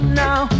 now